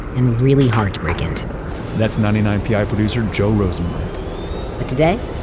and really hard to break into that's ninety nine pi producer joe rosenberg but today,